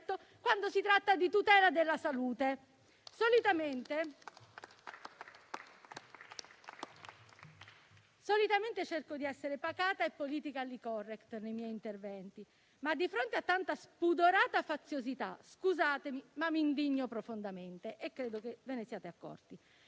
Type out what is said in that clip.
quando si tratta di tutela della salute. Solitamente cerco di essere pacata e *politically correct* nei miei interventi, ma di fronte a tanta spudorata faziosità - scusatemi - mi indigno profondamente e credo che ve ne siate accorti.